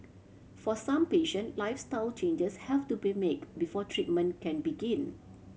for some patient lifestyle changes have to be make before treatment can begin